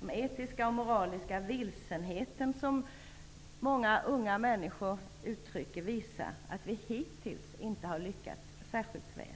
Den etiska och moraliska vilsenhet som många unga människor uttrycker visar att vi hittills inte har lyckats särskilt väl.